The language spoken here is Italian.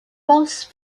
boss